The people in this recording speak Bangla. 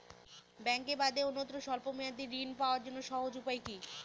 ব্যাঙ্কে বাদে অন্যত্র স্বল্প মেয়াদি ঋণ পাওয়ার জন্য সহজ উপায় কি?